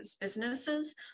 businesses